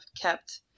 kept